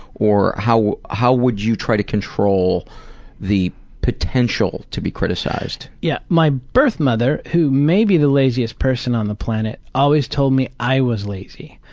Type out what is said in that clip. or how how would you try to control the potential to be criticized? yeah, my birth mother, who may be the laziest person on the planet, always told me i was lazy.